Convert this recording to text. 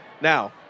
Now